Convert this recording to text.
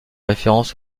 référence